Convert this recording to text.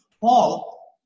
Paul